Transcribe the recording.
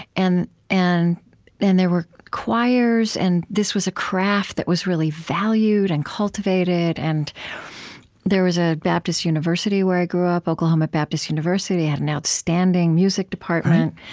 and and then there were choirs, and this was a craft that was really valued and cultivated. and there was a baptist university where i grew up, oklahoma baptist university. it had an outstanding music department.